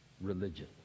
religion